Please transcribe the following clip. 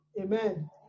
amen